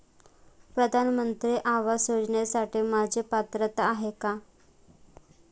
प्रधानमंत्री आवास योजनेसाठी माझी पात्रता आहे का?